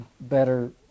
better